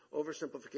Oversimplification